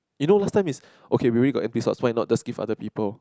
you know last time is okay maybe got anti subscript not just give other people